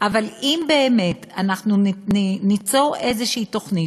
אבל אם באמת אנחנו ניצור איזושהי תוכנית